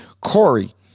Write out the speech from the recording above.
Corey